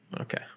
Okay